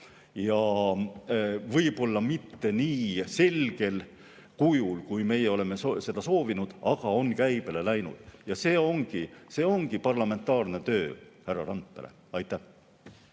Võib-olla mitte nii selgel kujul, kui meie oleme soovinud, aga on käibele läinud. Ja see ongi parlamentaarne töö, härra Randpere. Aitäh,